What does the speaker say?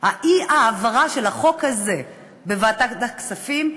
האי-העברה של החוק הזה בוועדת הכספים,